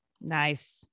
Nice